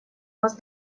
вас